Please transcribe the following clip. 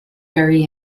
very